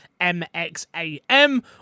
MXAM